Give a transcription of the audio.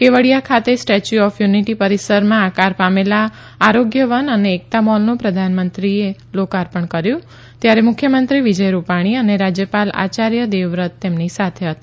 કેવડીયા ખાતે statue of unity પરિસરમાં આકાર પામેલા આરોગ્ય વન અને એકતા મોલનું પ્રધાનમંત્રી નરેન્દ્ર મોદીએ લોકાર્પણ કર્યું ત્યારે મુખ્યમંત્રી વિજય રૂપાણી અને રાજ્યપાલ આચાર્ય દેવવ્રત તેમની સાથે હતા